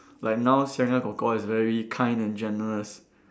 like now Seng Yang kor kor is very kind and generous